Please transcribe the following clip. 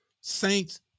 Saints